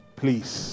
please